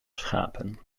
schapen